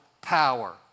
power